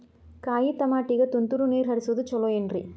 ಕಾಯಿತಮಾಟಿಗ ತುಂತುರ್ ನೇರ್ ಹರಿಸೋದು ಛಲೋ ಏನ್ರಿ?